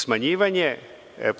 Smanjivanje